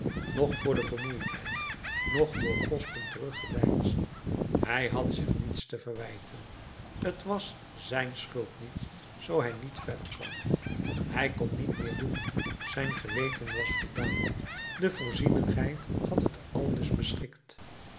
noch voor vermoeidheid noch voor kosten teruggedeinsd hij had zich niets te verwijten t was zijn schuld niet zoo hij niet verder kwam hij kon niet meer doen zijn geweten was voldaan de voorzienigheid had het aldus beschikt